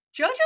Jojo